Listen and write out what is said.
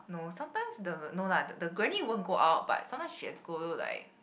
no sometimes the no lah the granny won't go out but sometimes she has to go like